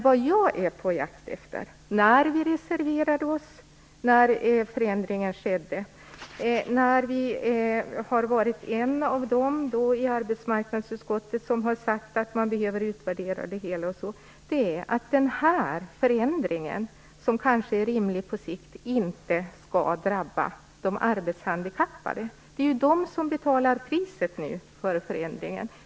Vad jag var på jakt efter när vi reserverade oss, när förändringen skedde och när vi i arbetsmarknadsutskottet sade att man behöver utvärdera det hela är att den här förändringen, som kanske är rimlig på sikt, inte skall drabba de arbetshandikappade. Det är ju de som nu betalar priset för förändringen.